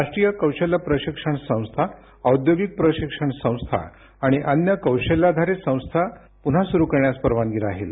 राष्ट्रीय कौशल्य प्रशिक्षण संस्था औद्योगिक प्रशिक्षण संस्था आणि अन्य कौशल्याधारित संस्था उद्यापासून पुन्हा सुरू करण्यास परवानगी राहील